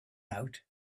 out